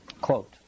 Quote